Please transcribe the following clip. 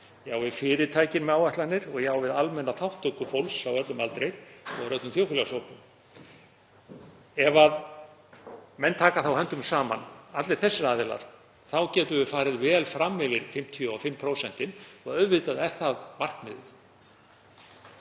á við fyrirtækin með áætlanir og ég á við almenna þátttöku fólks á öllum aldri og úr öllum þjóðfélagshópum. Ef menn taka höndum saman, allir þessir aðilar, getum við farið vel fram yfir 55% og auðvitað er það markmiðið.